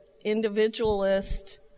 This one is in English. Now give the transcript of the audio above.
individualist